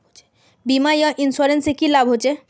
बीमा या इंश्योरेंस से की लाभ होचे?